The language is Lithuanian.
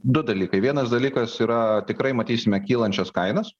du dalykai vienas dalykas yra tikrai matysime kylančias kainas